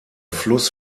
fluss